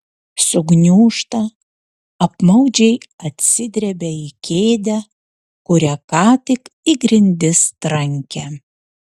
sugniūžta apmaudžiai atsidrebia į kėdę kurią ką tik į grindis trankė